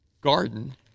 garden